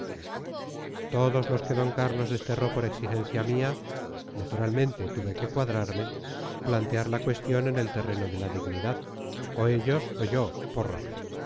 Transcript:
todos los que d carlos desterró por exigencia mía naturalmente tuve que cuadrarme plantear la cuestión en el terreno de la dignidad o ellos o yo porra